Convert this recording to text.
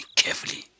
carefully